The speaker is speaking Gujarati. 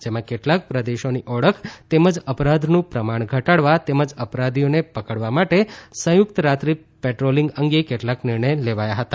જેમાં કેટલાક પ્રદેશોની ઓળખ તેમજ અપરાધનું પ્રમાણ ઘટાડવા તેમજ અપરાધીઓને પકડવા માટે સંયુકત રાત્રી પેટ્રોલીંગ અંગે કેટલાક નિર્ણય લેવાયા હતા